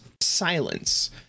silence